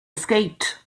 escaped